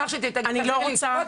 אני אשמח שתתני לי את התשובות,